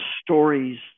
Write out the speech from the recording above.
stories